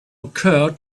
occur